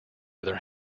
other